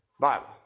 Bible